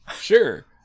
Sure